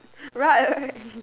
right right